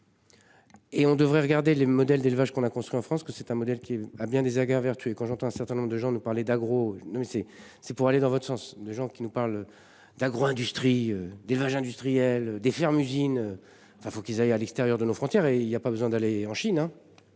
Et on devrait regarder les modèles d'élevage qu'on a construit en France que c'est un modèle qui à bien des égards et quand j'entends un certain nombre de gens nous parler d'agro. Non mais c'est c'est pour aller dans votre sens, de gens qui nous parle. D'agro-industrie d'élevage industriel des fermes usines. Enfin faut qu'ils aillent à l'extérieur de nos frontières et il y a pas besoin d'aller en Chine.